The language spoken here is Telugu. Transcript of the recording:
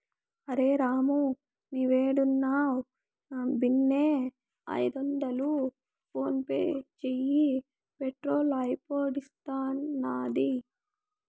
అరె రామూ, నీవేడున్నా బిన్నే ఐదొందలు ఫోన్పే చేయి, పెట్రోలు అయిపూడ్సినాది